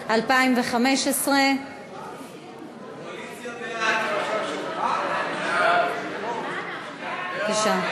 התשע"ה 2015. ההצעה להעביר את הצעת חוק העונשין (תיקון,